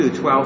12